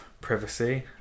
privacy